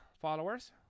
followers